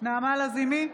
נעמה לזימי,